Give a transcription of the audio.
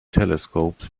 telescopes